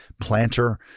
planter